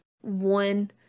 one